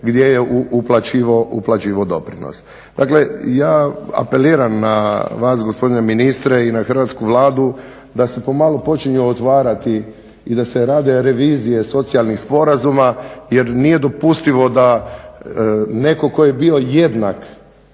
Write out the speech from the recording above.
gdje je uplaćivao doprinos. Dakle ja apeliram na vas gospodine ministre i na hrvatsku Vladu da se pomalo počinju otvarati i da se rade revizije socijalnih sporazuma jer nije dopustivo da neko tko je bio jednak